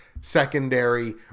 secondary